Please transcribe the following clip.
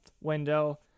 window